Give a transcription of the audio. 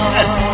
Yes